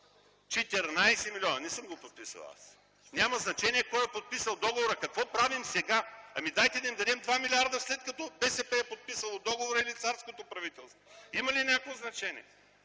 и реплики.) Не съм го подписал аз. Няма значение кой е подписал договора, а какво правим сега? Ами, дайте да им дадем 2 милиарда, след като БСП е подписало договорът, или царското правителство! Има ли някакво значение?